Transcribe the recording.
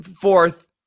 fourth